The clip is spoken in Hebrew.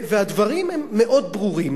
והדברים הם מאוד ברורים,